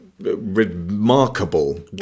Remarkable